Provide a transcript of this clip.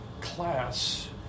class